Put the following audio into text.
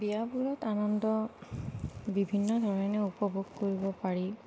বিয়াবোৰত আনন্দ বিভিন্ন ধৰণে উপভোগ কৰিব পাৰি